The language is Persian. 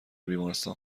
بیمارستان